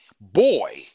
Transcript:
boy